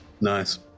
nice